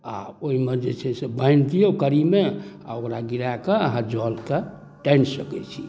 आओर ओइमे जे छै से बान्हि दियौ कड़ीमे आओर ओकरा गिराकऽ अहाँ जलके टानि सकै छी